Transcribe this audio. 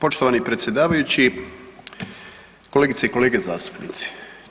Poštovani predsjedavajući, kolegice i kolege zastupnici.